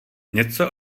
něco